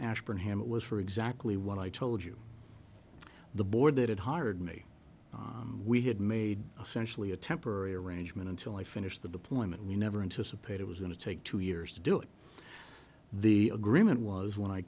ashburn ham it was for exactly what i told you the board that had hired me we had made a sensually a temporary arrangement until i finished the deployment and you never anticipate it was going to take two years to do it the agreement was when i